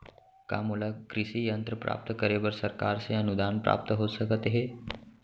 का मोला कृषि यंत्र प्राप्त करे बर सरकार से अनुदान प्राप्त हो सकत हे?